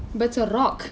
but it's a rock